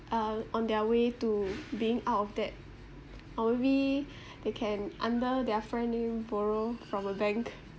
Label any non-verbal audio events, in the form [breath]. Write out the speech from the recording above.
uh on their way to being out of debt [noise] or maybe [breath] they can under their friend name borrow from a bank